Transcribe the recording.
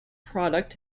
product